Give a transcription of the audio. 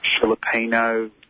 Filipino